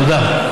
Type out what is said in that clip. תודה.